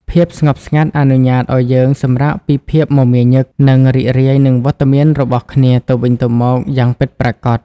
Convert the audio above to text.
ភាពស្ងប់ស្ងាត់អនុញ្ញាតឱ្យយើងសម្រាកពីភាពមមាញឹក និងរីករាយនឹងវត្តមានរបស់គ្នាទៅវិញទៅមកយ៉ាងពិតប្រាកដ។